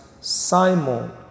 Simon